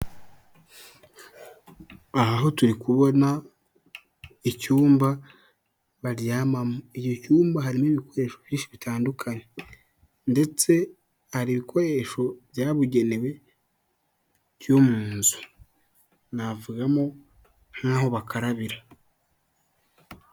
Aha ho turi kubona icyumba baryamamo; icyo cyumba harimo ibikoresho byinshi bitandukanye ndetse hari ibikoresho byabugenewe byo mu nzu; navugamo nk'aho bakarabira.